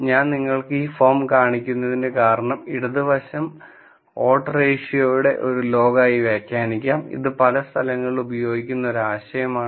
ഞാൻ നിങ്ങൾക്ക് ഈ ഫോം കാണിക്കുന്നതിന്റെ കാരണം ഇടത് വശം ഓഡ് റേഷ്യോയുടെ ഒരു ലോഗ് ആയി വ്യാഖ്യാനിക്കാം ഇത് പല സ്ഥലങ്ങളിലും ഉപയോഗിക്കുന്ന ഒരു ആശയമാണ്